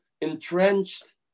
entrenched